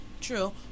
True